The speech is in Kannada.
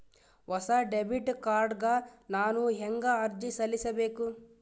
ಹೊಸ ಡೆಬಿಟ್ ಕಾರ್ಡ್ ಗ ನಾನು ಹೆಂಗ ಅರ್ಜಿ ಸಲ್ಲಿಸಬೇಕು?